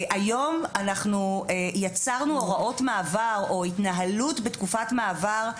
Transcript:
היום אנחנו יצרנו הוראות מעבר או התנהלות בתקופת מעבר,